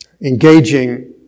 Engaging